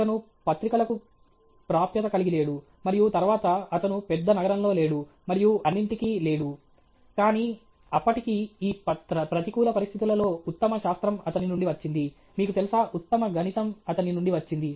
అతను పత్రికలకు ప్రాప్యత కలిగి లేడు మరియు తరువాత అతను పెద్ద నగరంలో లేడు మరియు అన్నింటికీ లేడు కానీ అప్పటికీ ఈ ప్రతికూల పరిస్థితులలో ఉత్తమ శాస్త్రం అతని నుండి వచ్చింది మీకు తెలుసా ఉత్తమ గణితం అతని నుండి వచ్చింది